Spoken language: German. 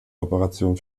operation